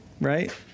right